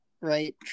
right